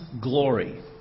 glory